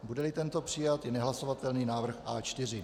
Budeli tento přijat, je nehlasovatelný návrh A4.